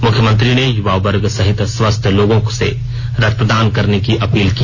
मुख्यमंत्री ने युवा वर्ग सहित स्वस्थ लोगों से रक्तदान करने की अपील की